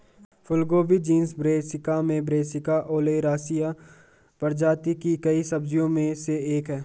फूलगोभी genus Brassica में Brassica oleracea प्रजाति की कई सब्जियों में से एक है